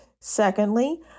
Secondly